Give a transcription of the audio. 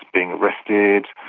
being arrested,